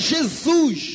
Jesus